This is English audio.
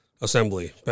assembly